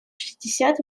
шестьдесят